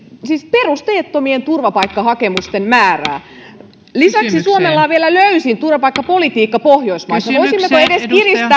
siis perusteettomien turvapaikkahakemusten määrää lisäksi suomella on vielä löysin turvapaikkapolitiikka pohjoismaissa voisimmeko kiristää sitä edes